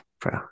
bro